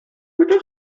mitte